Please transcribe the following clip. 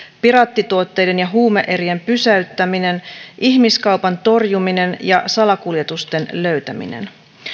piraattituotteiden ja huume erien pysäyttäminen ihmiskaupan torjuminen ja salakuljetusten löytäminen